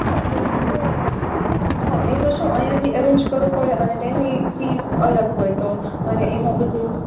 હા તો તો વાંધો નઇ હા નઇ તો શું અઇયાથી અરેન્જ કરવું પળે અને તેની ફિસ અલગ હોય તો મારે એમાં બધુ